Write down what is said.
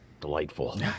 Delightful